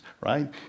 right